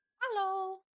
Hello